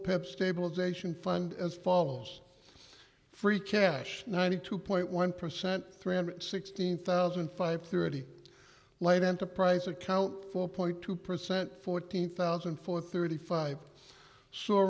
p stabilization fund as follows free cash ninety two point one percent three hundred sixteen thousand five thirty light enterprise account four point two percent fourteen thousand for thirty five so